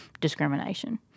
discrimination